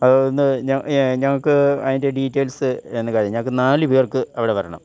അതൊന്ന് ഞങ്ങൾക്ക് അതിൻ്റെ ഡീറ്റെയിൽസ് ഞങ്ങൾക്ക് നാല് പേർക്ക് അവിടെ വരണം